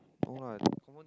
what confirm